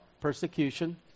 persecution